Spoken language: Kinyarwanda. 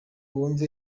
wumve